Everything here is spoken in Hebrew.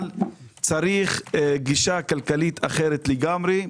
צריך גישה כלכלית אחרת לגמרי.